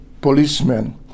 policemen